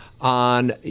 on